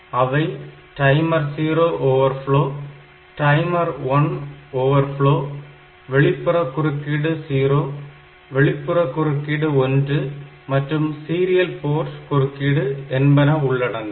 அவை timer 0 overflow timer 1 overflow வெளிப்புற குறுக்கீடு 0 வெளிப்புற குறுக்கீடு 1 மற்றும் சீரியல் போர்ட் குறுக்கீடு என்பன உள்ளடங்கும்